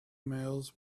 males